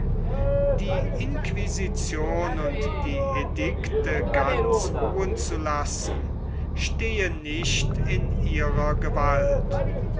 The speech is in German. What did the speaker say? die inquisition und die edikte ganz ruhen zu lassen stehe nicht in ihrer gewalt